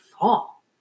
fall